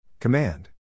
Command